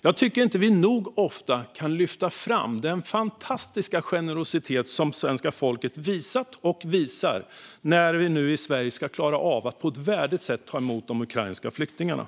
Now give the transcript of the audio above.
Jag tycker inte att vi nog ofta kan lyfta fram den fantastiska generositet som svenska folket har visat och visar när vi i Sverige nu ska klara av att på ett värdigt sätt ta emot de ukrainska flyktingarna.